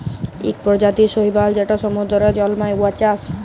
ইক পরজাতির শৈবাল যেট সমুদ্দুরে জল্মায়, উয়ার চাষ